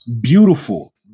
Beautiful